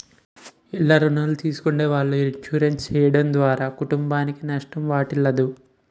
ఇల్ల రుణాలు తీసుకునే వాళ్ళు ఇన్సూరెన్స్ చేయడం ద్వారా కుటుంబానికి నష్టం వాటిల్లదు